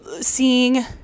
seeing